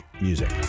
music